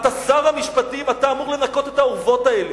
אתה שר המשפטים, אתה אמור לנקות את האורוות האלה.